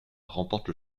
remporte